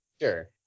sure